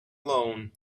alone